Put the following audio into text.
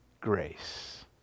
grace